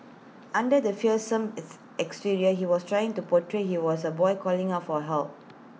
under the fearsome is exterior he was trying to portray he was A boy calling out for help